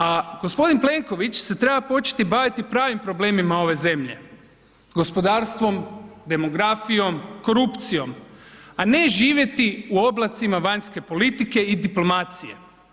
A gospodin Plenković se treba početi baviti pravim problemima ove zemlje, gospodarstvom, demografijom, korupcijom, a ne živjeti u oblacima vanjske politike i diplomacije.